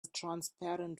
transparent